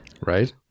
Right